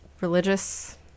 religious